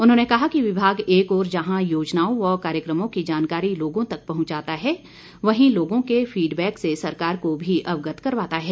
उन्होंने कहा कि विभाग एक ओर जहां योजनाओं व कार्यक्रमों की जानकारी लोगों तक पहुंचाता है वहीं लोगों के फीड बैक से सरकार को भी अवगत करवाता है